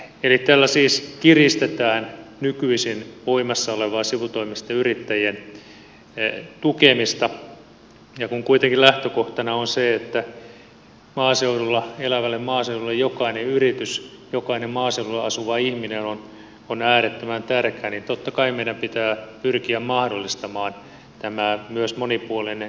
eli tällä siis kiristetään nykyisin voimassa olevaa sivutoimisten yrittäjien tukemista ja kun kuitenkin lähtökohtana on se että maaseudulle elävälle maaseudulle jokainen yritys jokainen maaseudulla asuva ihminen on äärettömän tärkeä niin totta kai meidän pitää pyrkiä mahdollistamaan myös monipuolinen yritystoiminta